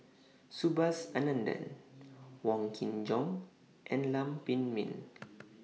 Subhas Anandan Wong Kin Jong and Lam Pin Min